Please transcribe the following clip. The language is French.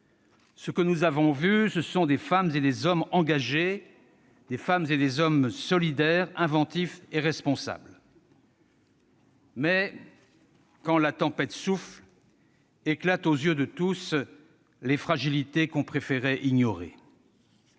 Ce que nous avons vu, ce sont des femmes et des hommes engagés, solidaires, inventifs et responsables. Mais, quand la tempête souffle, éclatent, aux yeux de tous, les fragilités qu'on préférait ignorer.